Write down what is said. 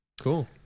Cool